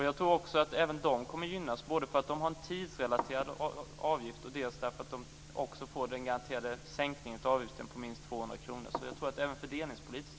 Jag tror också att även de kommer att gynnas, både därför att de betalar en tidsrelaterad avgift och därför att också de får del av den garanterade sänkningen av avgiften med minst 200 kr. Jag tror att det är rätt även fördelningspolitiskt.